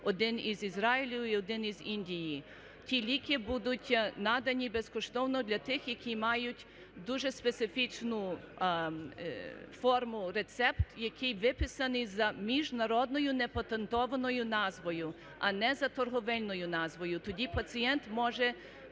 1 із Ізраїлю і 1 із Індії. Ті ліки будуть надані безкоштовно для тих, які мають дуже специфічну форму (рецепт), який виписаний за міжнародною непатентованою назвою, а не за торговельною назвою, тоді пацієнт може